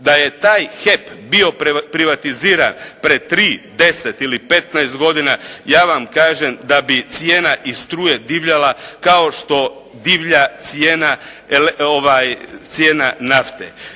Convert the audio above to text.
Da je taj HEP bio privatiziran prije 3, 10 ili 15 godina ja vam kažem da bi cijena i struje divljala kao što divlja cijena nafte.